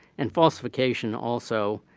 and falsification also